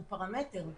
הוא פרמטר.